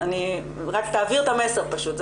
רק תעביר את המסר פשוט.